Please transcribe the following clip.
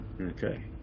Okay